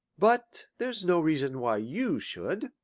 but there's no reason why you should.